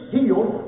healed